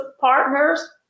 partners